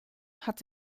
hat